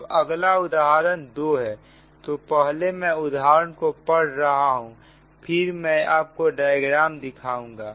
अब अगला उदाहरण 2 है तो पहले मैं उदाहरण को पढ़ रहा हूं फिर मैं आपको डायग्राम दिखाऊंगा